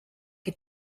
que